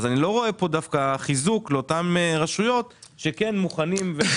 אני לא רואה פה חיזוק לאותן רשויות שכן מוכנות לפעול.